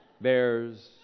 Bears